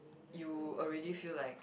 you already feel like